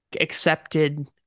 accepted